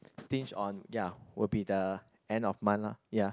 stinge on ya will be the end of month lah ya